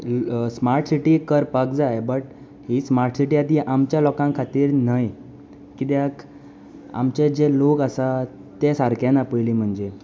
ल smart city करपाक जाय but ही स्माट सिटी आसा ती आमच्या लोकांक खातीर न्हय कित्याक आमचे जे लोक आसात ते सारके ना पयली म्हणजे